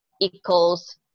equals